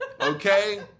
Okay